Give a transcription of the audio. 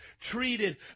treated